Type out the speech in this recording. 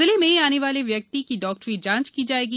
जिले में आने वाले व्यक्ति की डॉक्टरी जांच की जाएगी